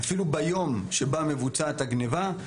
אפילו ביום שמבוצעת הגניבה.